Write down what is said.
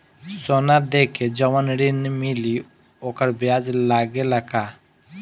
सोना देके जवन ऋण मिली वोकर ब्याज लगेला का?